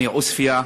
מעוספיא,